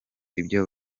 ibyo